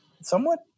somewhat